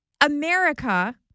America